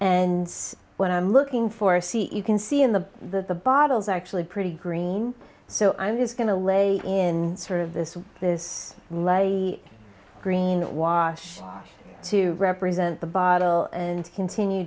and when i'm looking for a c e can see in the that the bottles are actually pretty green so i'm just going to lay in sort of this this lady greenwash to represent the bottle and continue